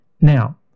Now